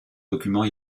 document